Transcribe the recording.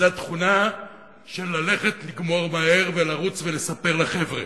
זה התכונה של ללכת לגמור מהר ולרוץ ולספר לחבר'ה.